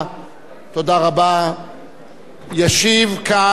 ישיב כאן, ללא תשובת שר, מה הפירוש?